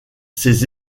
ses